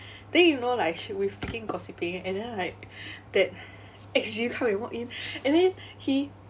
then you know like she we freaking gossiping and then like that X_G come and walk in and then he